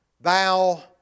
thou